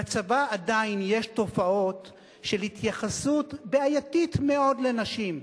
בצבא עדיין יש תופעות של התייחסות בעייתית מאוד לנשים.